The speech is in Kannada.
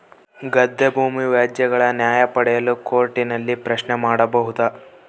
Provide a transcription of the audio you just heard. ಗದ್ದೆ ಭೂಮಿ ವ್ಯಾಜ್ಯಗಳ ನ್ಯಾಯ ಪಡೆಯಲು ಕೋರ್ಟ್ ನಲ್ಲಿ ಪ್ರಶ್ನೆ ಮಾಡಬಹುದಾ?